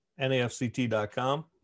NAFCT.com